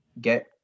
get